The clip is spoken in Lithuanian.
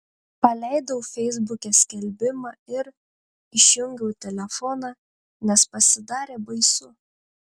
paleidau feisbuke skelbimą ir išjungiau telefoną nes pasidarė baisu